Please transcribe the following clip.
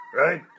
right